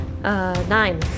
nine